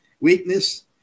weakness